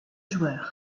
joueurs